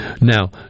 Now